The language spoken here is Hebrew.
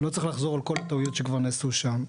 לא צריך לחזור על כל הטעויות שנעשו שם.